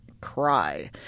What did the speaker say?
cry